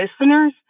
listeners